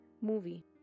Movie